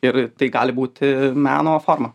ir tai gali būti meno forma